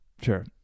Sure